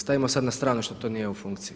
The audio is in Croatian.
Stavimo sad na stranu što to nije u funkciji.